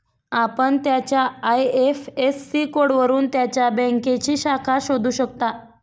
आपण त्याच्या आय.एफ.एस.सी कोडवरून त्याच्या बँकेची शाखा शोधू शकता